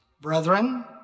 Brethren